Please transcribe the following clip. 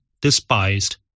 despised